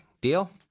Deal